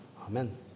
amen